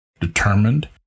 determined